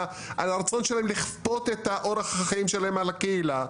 והרצון שלהם לכפות את אורח החיים שלהם על הקהילה,